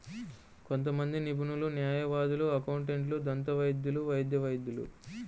కొంతమంది నిపుణులు, న్యాయవాదులు, అకౌంటెంట్లు, దంతవైద్యులు, వైద్య వైద్యులు